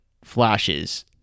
flashes